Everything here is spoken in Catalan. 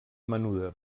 menuda